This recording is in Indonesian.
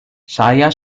saya